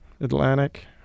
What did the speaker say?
Atlantic